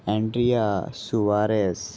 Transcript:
Andrea Soares